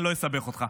אני לא אסבך אותך.